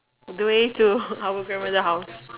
going to our grandmother house